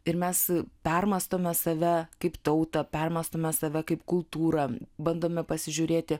ir mes permąstome save kaip tautą permąstome save kaip kultūrą bandome pasižiūrėti